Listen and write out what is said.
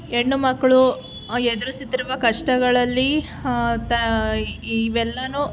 ಹೆಣ್ಣುಮಕ್ಕಳು ಎದುರಿಸುತ್ತಿರುವ ಕಷ್ಟಗಳಲ್ಲಿ ಇವೆಲ್ಲನೂ